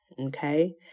okay